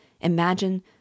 Imagine